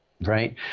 Right